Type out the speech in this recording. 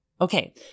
Okay